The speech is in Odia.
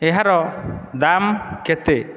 ଏହାର ଦାମ୍ କେତେ